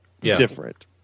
different